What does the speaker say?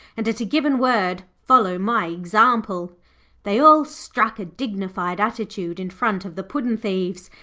and, at a given word, follow my example they all struck a dignified attitude in front of the puddin'-thieves,